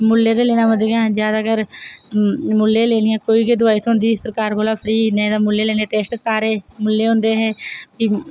मुल्लें गै लैना पौंदियां हियां ज्यादाकर मुल्लें लैनियां कोई गै दवाई थ्होंदी ही सरकार कोला फ्री नेईं ते मुल्लें लेना टैस्ट सारे मुल्लें होंदे हे फ्ही